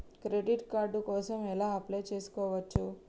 Credit card కోసం ఎలా apply చేసుకోవాలి?